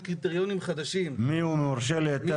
קריטריונים חדשים -- מי הוא מורשה להיתר,